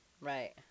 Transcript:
Right